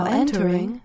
entering